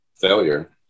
failure